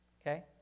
Okay